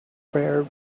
prepared